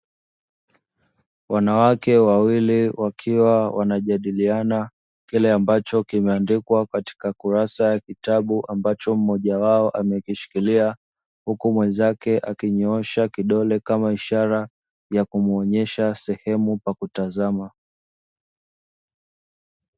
Wanawake wawili wakiwa wanajadiliana kile ambacho kimeandikwa katika kurasa ya kitabu ambacho mmoja wao amekishikilia, huku mwenzake amenyoosha kidole kama ishara ya kumwonyesha sehemu pa kutazama.